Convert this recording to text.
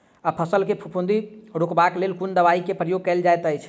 फसल मे फफूंदी रुकबाक लेल कुन दवाई केँ प्रयोग कैल जाइत अछि?